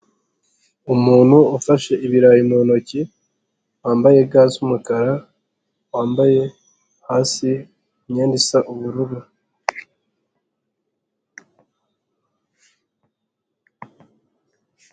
Umuntu ufashe ibirayi mu ntoki wambaye ga z'umukara wambaye hasi imyenda isa ubururu.